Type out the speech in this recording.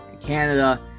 canada